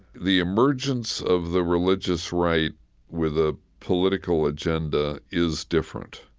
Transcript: the emergence of the religious right with a political agenda is different.